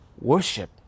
Worship